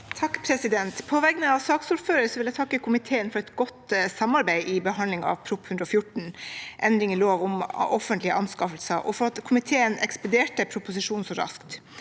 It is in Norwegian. (A) På vegne av saksordføreren vil jeg takke komiteen for et godt samarbeid i behandlingen av Prop. 114 L for 2022–2023, om endring i lov om offentlige anskaffelser, og for at komiteen ekspederte proposisjonen så raskt.